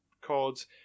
chords